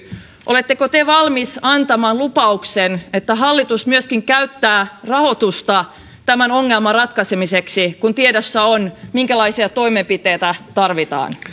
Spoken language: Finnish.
oletteko te valmis antamaan lupauksen että hallitus myöskin käyttää rahoitusta tämän ongelman ratkaisemiseksi kun tiedossa on minkälaisia toimenpiteitä tarvitaan